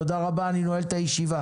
תודה רבה, אני נועל את הישיבה.